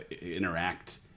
interact